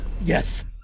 Yes